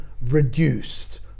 reduced